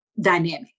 dynamic